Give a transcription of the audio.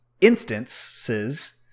instances